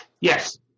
yes